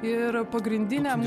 ir pagrindiniam